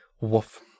Woof